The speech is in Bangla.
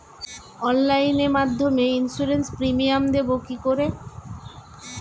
অনলাইনে মধ্যে ইন্সুরেন্স প্রিমিয়াম দেবো কি করে?